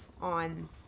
on